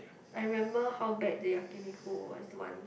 I remember how bad the Yakiniku was one